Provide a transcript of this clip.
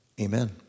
Amen